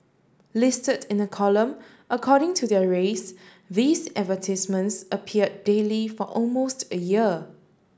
listed in a column according to their race these advertisements appeared daily for almost a year